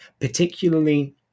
particularly